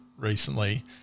recently